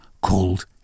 called